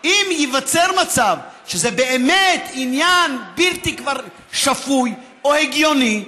אם ייווצר מצב שזה באמת עניין בלתי שפוי או הגיוני,